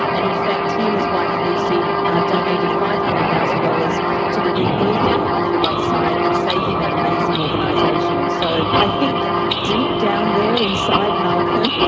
and in fact he and his wife lucy donated five hundred thousand dollars to the rebuilding of the wayside and saving that amazing organisation. so i think deep down there inside malcolm